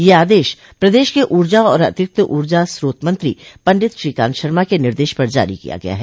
यह आदेश प्रदेश के ऊर्जा और अतिरिक्त ऊर्जा स्रोत मंत्रो पंडित श्रीकान्त शर्मा के निर्देश पर जारी किया गया है